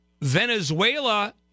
Venezuela